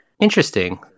Interesting